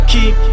Keep